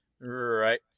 Right